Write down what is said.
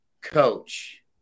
coach –